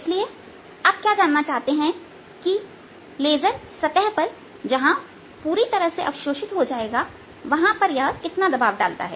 इसलिए आप क्या जानना चाहते हैं कि लेजर सतह पर जहां पूरी तरह अवशोषित हो जाएगा वहां कितना दबाव डालता है